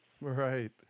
Right